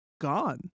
gone